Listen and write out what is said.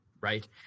right